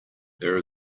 there